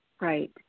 Right